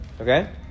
Okay